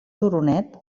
turonet